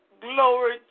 Glory